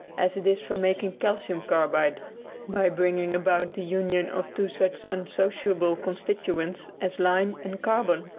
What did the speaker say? as it is for making calcium carbide by bringing about the union of two such unsociable constituents as lime and carbon.